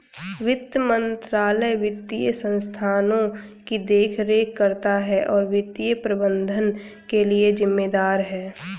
वित्त मंत्रालय वित्तीय संस्थानों की देखरेख करता है और वित्तीय प्रबंधन के लिए जिम्मेदार है